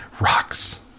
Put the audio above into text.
rocks